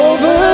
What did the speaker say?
Over